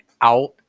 out